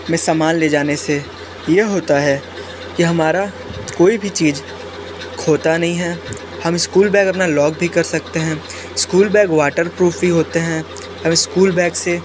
में सामान ले जाने से ये होता है कि हमारा कोई भी चीज़ खोता नहीं है हम स्कूल बैग अपना लॉक भी कर सकते है स्कूल बैग वाटर प्रूफ भी होते हैं और स्कूल बैग से